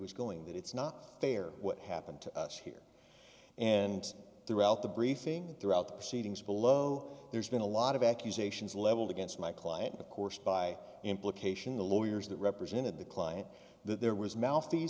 was going that it's not fair what happened to us here and throughout the briefing throughout the proceedings below there's been a lot of accusations leveled against my client of course by implication the lawyers that represented the client that there was m